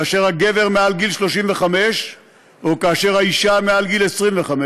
כאשר הגבר מעל גיל 35 או כאשר האישה מעל גיל 25,